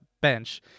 bench